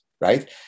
right